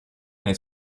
nei